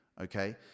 okay